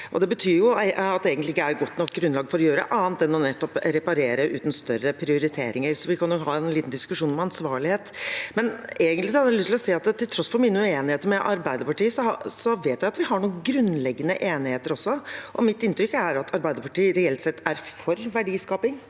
Det betyr at det egentlig ikke er godt nok grunnlag for å gjøre annet enn nettopp å reparere, uten større prioriteringer, så vi kan ha en liten diskusjon om ansvarlighet. Egentlig har jeg lyst til å si at til tross for mine uenigheter med Arbeiderpartiet, vet jeg at vi har noen grunnleggende enigheter også. Mitt inntrykk er at Arbeiderpartiet reelt sett er for verdiskaping